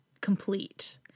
complete